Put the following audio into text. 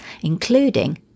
including